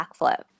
backflip